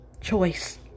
choice